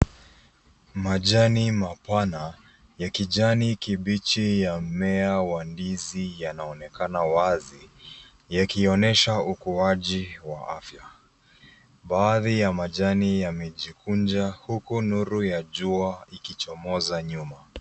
Majani mapana, ya kijani kibichi ya mmea wa ndizi yanaonekana wazi, yakionyesha ukuaji wa afya, baadhi ya majani yamejikunja, huku nuru ya jua ikichomoza nyuma.